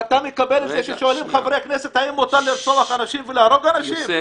ואתה מקבל את זה ששואלים חברי כנסת: האם מותר לרצוח אנשים ולהרוג אנשים?